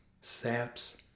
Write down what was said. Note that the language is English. saps